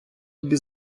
тобі